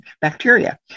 bacteria